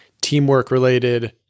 teamwork-related